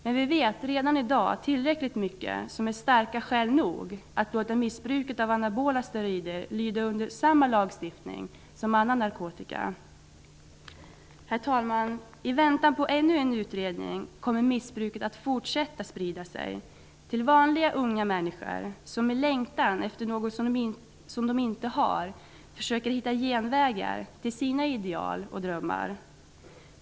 Men vi vet redan i dag tillräckligt mycket som är starka skäl nog att låta missbruket av anabola steroider lyda under samma lagstiftning som annan narkotika. Herr talman! I väntan på ännu en utredning kommer missbruket att fortsätta att sprida sig, till vanliga unga människor som i längtan efter något som de inte har försöker hitta genvägar till förverkligandet av sina ideal och drömmar.